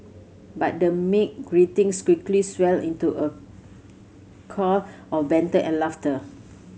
but the meek greetings quickly swelled into a of banter and laughter